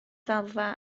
ddalfa